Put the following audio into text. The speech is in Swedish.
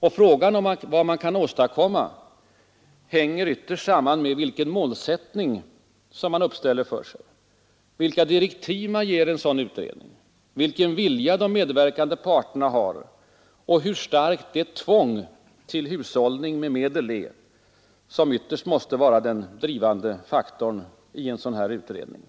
Och frågan om vad man kan åstadkomma hänger samman med vilken målsättning som man uppställer för sig, vilka direktiv man ger en sådan utredning, vilken vilja de medverkande parterna har och hur starkt det tvång till hushållning med medel är som ytterst måste vara den drivande faktorn i en sådan här utredning.